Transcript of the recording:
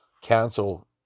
cancel